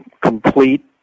complete